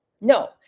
No